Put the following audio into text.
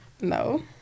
No